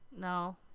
No